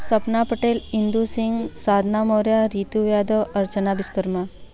Sapna Patel Indu Singh Sadhna Maurya Ritu Yadav Archana Vishwakarma